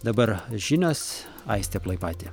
dabar žinios aistė plaipaitė